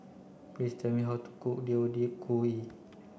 please tell me how to cook Deodeok gui